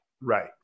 right